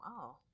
wow